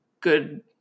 good